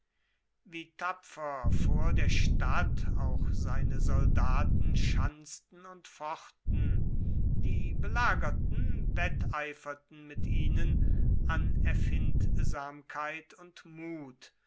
wie tapfer vor der stadt auch seine soldaten schanzten und fochten die belagerten wetteiferten mit ihnen an erfindsamkeit und mut